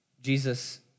Jesus